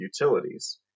utilities